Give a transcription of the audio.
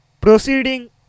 Proceeding